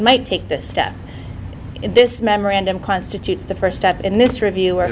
might take this step in this memorandum constitutes the first step in this review or